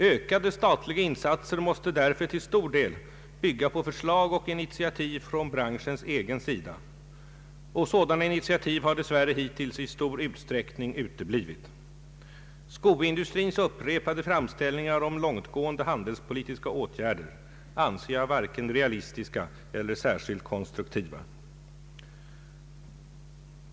Ökade statliga insatser måste därför till stor del bygga på förslag och initiativ från branschens egen sida, och sådana har dess värre hittills i stor utsträckning uteblivit. Skoindustrins upprepade framställningar om långtgående handelspolitiska åtgärder anser jag var ken realistiska eller särskilt konstruktiva.